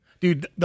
dude